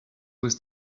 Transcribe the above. was